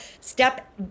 step